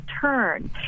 turn